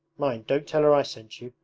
mind, don't tell her i sent you,